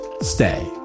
Stay